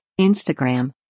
Instagram